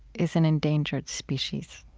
is an endangered species.